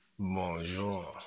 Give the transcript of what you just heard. Bonjour